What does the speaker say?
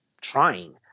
trying